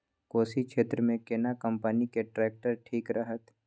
कोशी क्षेत्र मे केना कंपनी के ट्रैक्टर ठीक रहत?